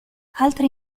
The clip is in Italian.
altri